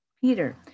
Peter